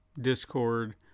Discord